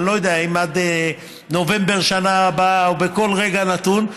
אני לא יודע אם עד נובמבר שנה הבאה או בכל רגע נתון,